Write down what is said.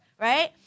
Right